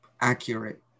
accurate